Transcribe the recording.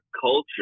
culture